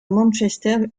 manchester